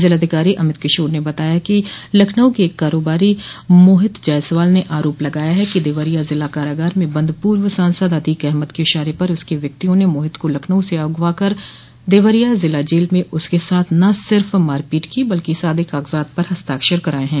ज़िलाधिकारी अमित किशोर ने बताया है कि लखनऊ के एक कारोबारी मोहित जायसवाल ने आरोप लगाया है कि देवरिया ज़िला कारागार में बंद पूर्व सांसद अतीक अहमद के इशारे पर उसके व्यक्तियों ने मोहित को लखनऊ से अग़वा कर देवरिया ज़िला जेल में उसके साथ न सिर्फ मारपीट की बल्कि सादे काग़ज़ात पर हस्ताक्षर कराये हैं